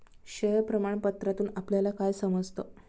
Share प्रमाण पत्रातून आपल्याला काय समजतं?